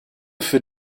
für